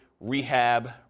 rehab